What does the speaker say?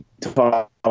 talk